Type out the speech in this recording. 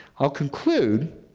i'll conclude